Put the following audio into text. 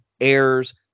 errors